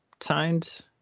signs